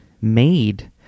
made